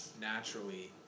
naturally